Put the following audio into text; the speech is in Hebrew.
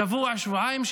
או שבוע-שבועיים,